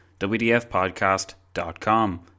WDFpodcast.com